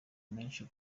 menshi